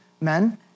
Men